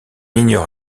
ignore